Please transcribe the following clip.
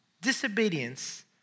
disobedience